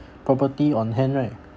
property on hand right